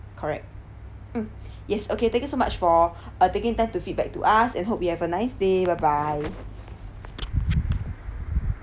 correct mm yes okay thank you so much for uh taking time to feedback to us and hope you have a nice day bye bye